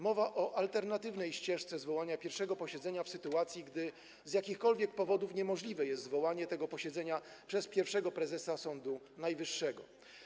Mowa o alternatywnej ścieżce zwołania pierwszego posiedzenia w sytuacji, gdy z jakichkolwiek powodów nie jest możliwe zwołanie tego posiedzenia przez pierwszego prezesa Sądu Najwyższego.